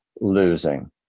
losing